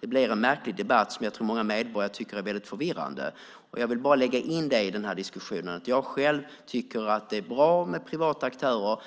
Det blir en märklig debatt som jag tror att många medborgare tycker är väldigt förvirrande. Jag vill bara lägga in det i denna diskussion, alltså att jag själv tycker att det är bra med privata aktörer.